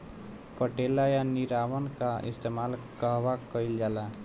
पटेला या निरावन का इस्तेमाल कहवा कइल जाला?